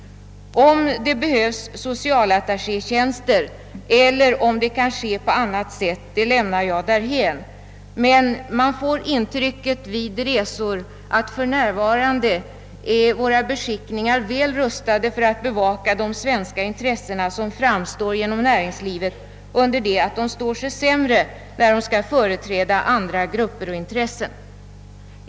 Om det behövs socialattaché tjänster eller om bevakningen kan ske på annat sätt lämnar jag därhän. Vid resor får man dock det intrycket att våra beskickningar för närvarande är väl rustade att tillvarata de svenska intressena inom näringslivet, under det att de står sig sämre när de skall företräda andra gruppers intressen.